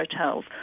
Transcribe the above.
hotels